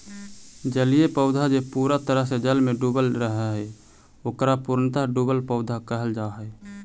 जलीय पौधा जे पूरा तरह से जल में डूबल रहऽ हई, ओकरा पूर्णतः डुबल पौधा कहल जा हई